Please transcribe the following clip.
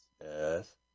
Yes